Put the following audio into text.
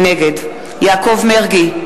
נגד יעקב מרגי,